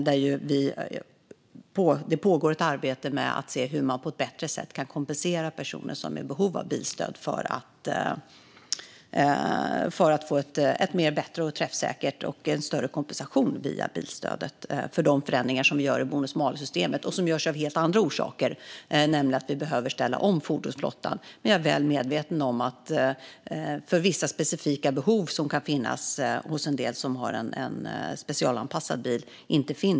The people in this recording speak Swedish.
Det pågår ett arbete för att se hur man på ett bättre sätt kan kompensera personer som är i behov av ett bilstöd för att det ska bli bättre, mer träffsäkert och ge större kompensation för de förändringar som vi gör i bonus malus-systemet och som görs av helt andra orsaker. Vi behöver nämligen ställa om fordonsflottan. Men jag är väl medveten om att det inte finns miljövänliga alternativ för vissa specifika behov som kan finnas hos dem som har en specialanpassad bil.